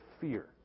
fear